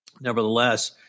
Nevertheless